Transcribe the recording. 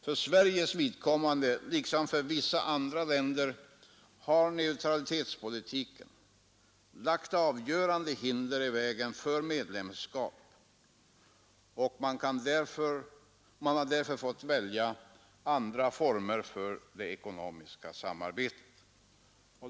För Sveriges vidkommande liksom för vissa andra länder har neutralitetspolitiken lagt avgörande hinder i vägen för medlemskap, och man har därför fått välja andra former för det ekonomiska samarbetet.